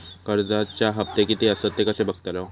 कर्जच्या हप्ते किती आसत ते कसे बगतलव?